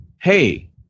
hey